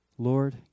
Lord